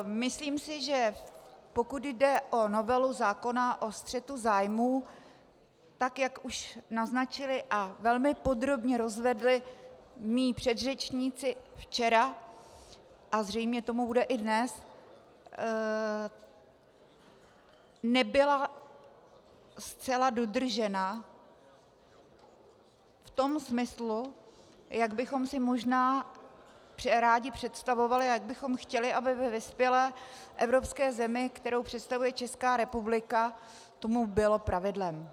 Myslím si, že pokud jde o novelu zákona o střetu zájmů, tak jak už naznačili a velmi podrobně rozvedli moji předřečníci včera, a zřejmě tomu tak bude i dnes, nebyla zcela dodržena v tom smyslu, jak bychom si možná rádi představovali a jak bychom chtěli, aby ve vyspělé evropské zemi, kterou představuje Česká republika, tomu bylo pravidlem.